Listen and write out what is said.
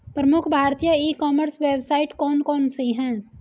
प्रमुख भारतीय e commerce website कौन कौन सी हैं?